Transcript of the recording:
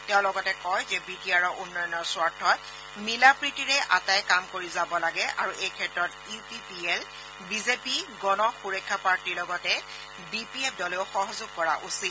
তেওঁ লগতে কয় যে বিটিআৰৰ উন্নয়নৰ স্বাৰ্থত মিলাপ্ৰীতিৰে আটায়ে কাম কৰি যাব লাগে আৰু এই ক্ষেত্ৰত U P P L BJP গণ সুৰক্ষা পাৰ্টীৰ লগতে বিপিএফ দলেও সহযোগ কৰা উচিত